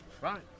Right